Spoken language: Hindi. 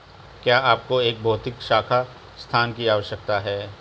क्या आपको एक भौतिक शाखा स्थान की आवश्यकता है?